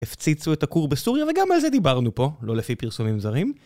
הפציצו את הכור בסוריה, וגם על זה דיברנו פה, לא לפי פרסומים זרים.